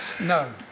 No